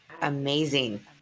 amazing